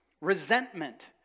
resentment